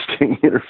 interesting